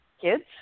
Kids